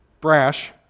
brash